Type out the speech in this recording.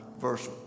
verse